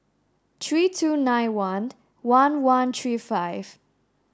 three two nine one one one three five